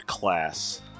class